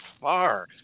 far